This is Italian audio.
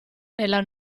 nella